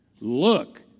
look